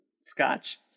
Scotch